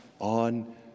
on